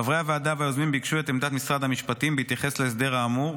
חברי הוועדה והיוזמים ביקשו את עמדת משרד המשפטים בהתייחס להסדר האמור,